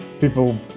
people